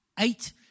Eight